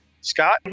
Scott